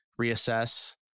reassess